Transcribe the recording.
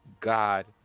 God